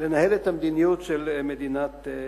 לנהל את המדיניות של מדינת ישראל.